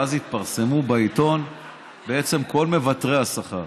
ואז התפרסמו בעיתון כל מוותרי השכר.